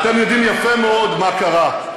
אתם יודעים יפה מאוד מה קרה.